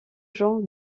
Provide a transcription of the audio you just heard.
jean